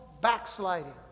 backsliding